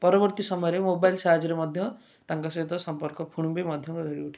ପରବର୍ତ୍ତୀ ସମୟରେ ମୋବାଇଲ୍ ସାହାଯ୍ୟରେ ମଧ୍ୟ ତାଙ୍କ ସହିତ ସମ୍ପର୍କ ପୁଣି ବି ମଧ୍ୟ ଗଢ଼ି ଉଠେ